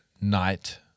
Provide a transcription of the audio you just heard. night